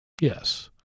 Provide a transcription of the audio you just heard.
Yes